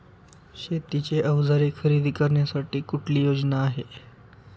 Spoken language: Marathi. शेतीची अवजारे खरेदी करण्यासाठी कुठली योजना आहे?